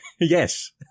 yes